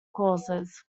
causes